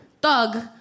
Doug